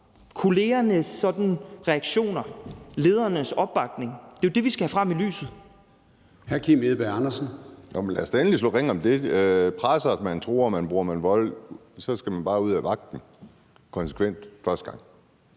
kollegernes reaktioner, ledernes opbakning? Det er jo det, vi skal have frem i lyset.